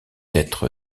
être